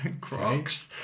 crocs